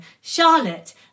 Charlotte